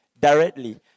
directly